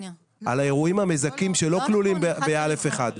על האירועים המזכים שלא כלולים ב-א1.